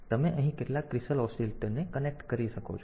તેથી તમે અહીં કેટલાક ક્રિસ્ટલ ઓસિલેટરને કનેક્ટ કરી શકો છો